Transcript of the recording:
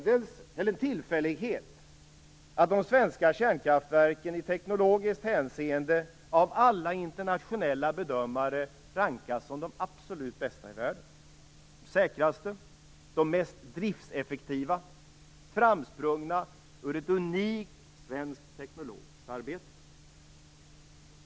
Det är inte en tillfällighet att de svenska kärnkraftverken i teknologiskt hänseende av alla internationella bedömare rankas som de absolut bästa i världen, som de säkraste och de mest driftseffektiva, framsprungna ur ett unikt svenskt teknologiskt arbete.